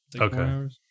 Okay